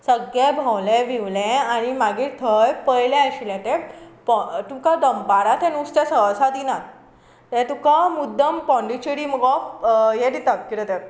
सगलें भोंवलें बिवलें आनी मागीर थंय पयलें आशिल्लें तें तुमकां दनपारां तें नुस्तें सहसा दिनात तें तुका मुद्दम पोंडीचेडी मुगो हें दिता किदें तें